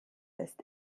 ist